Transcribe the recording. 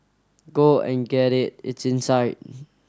go and get it it's inside